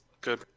good